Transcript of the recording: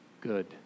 good